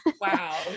Wow